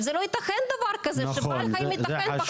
זה לא יתכן דבר כזה שבעל חיים ישלם בחיים על היעדר אכיפה.